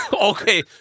Okay